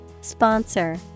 Sponsor